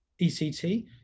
ECT